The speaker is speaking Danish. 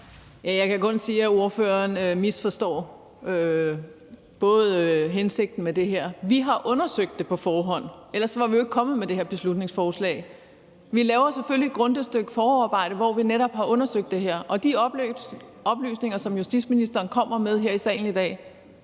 Jeg kan kun sige, at ordføreren misforstår hensigten med det her. Vi har undersøgt det på forhånd, for ellers var vi jo ikke kommet med det her beslutningsforslag. Vi laver selvfølgelig et grundigt stykke forarbejde, hvor vi netop har undersøgt det her, og de oplysninger, som justitsministeren kommer med her i salen i dag,